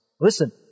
Listen